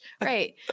Right